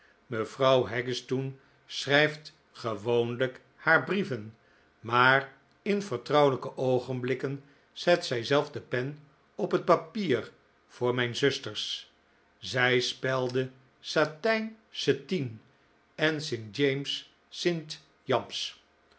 mevrouw haggistoun schrijft gewoonlijk haar brieven maar in vertrouwelijke oogenblikken zet zij zelf de pen op het papier voor mijn zusters zij spelde satijn setein en st james's st jams